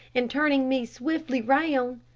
and, turning me swiftly round,